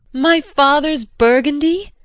my father's burgundy.